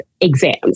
exams